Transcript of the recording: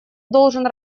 должен